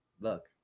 Look